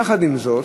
יחד עם זאת,